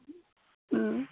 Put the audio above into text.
हँ